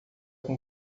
com